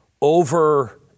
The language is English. over